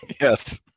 yes